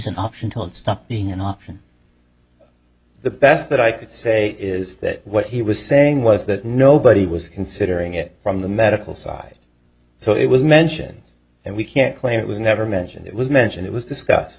an option till it stopped being an option the best that i could say is that what he was saying was that nobody was considering it from the medical side so it was mention and we can't claim it was never mentioned it was mentioned it was discuss